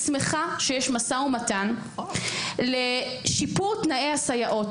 אני שמחה שיש משא ומתן לשיפור תנאי הסייעות.